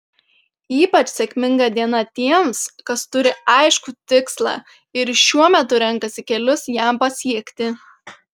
ypač sėkminga diena tiems kas turi aiškų tikslą ir šiuo metu renkasi kelius jam pasiekti